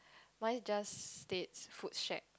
mine is just States food shack